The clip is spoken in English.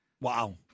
Wow